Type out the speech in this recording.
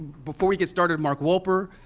before we get started, mark wolper,